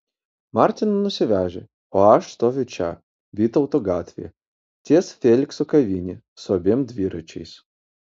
martyną nusivežė o aš stoviu čia vytauto gatvėje ties felikso kavine su abiem dviračiais